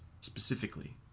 specifically